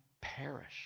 perish